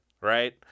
right